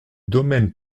domaine